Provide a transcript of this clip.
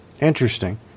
interesting